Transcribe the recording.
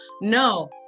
no